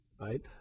Right